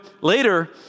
later